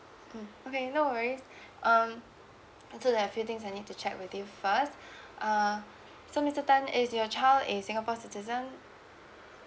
mm okay no worries um it's just that a few things I need to check with you first so mister tan is your child a singapore citizen